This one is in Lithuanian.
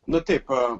nu taip